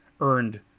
earned